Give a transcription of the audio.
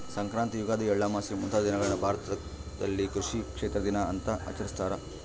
ಸಂಕ್ರಾಂತಿ ಯುಗಾದಿ ಎಳ್ಳಮಾವಾಸೆ ಮುಂತಾದ ದಿನಗಳನ್ನು ಭಾರತದಲ್ಲಿ ಕೃಷಿ ಕ್ಷೇತ್ರ ದಿನ ಅಂತ ಆಚರಿಸ್ತಾರ